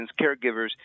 caregivers